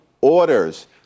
orders